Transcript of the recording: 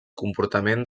comportament